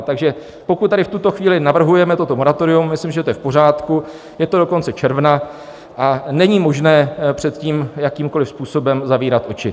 Takže pokud tady v tuto chvíli navrhujeme toto moratorium, myslím, že je to v pořádku, je to dokonce června a není možné před tím jakýmkoliv způsobem zavírat oči.